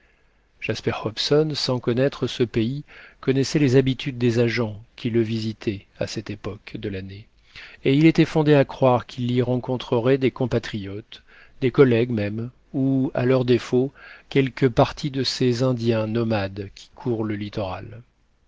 jasper hobson sans connaître ce pays connaissait les habitudes des agents qui le visitaient à cette époque de l'année et il était fondé à croire qu'il y rencontrerait des compatriotes des collègues même ou à leur défaut quelque parti de ces indiens nomades qui courent le littoral